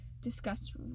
discuss